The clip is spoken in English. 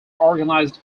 organized